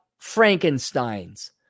Frankensteins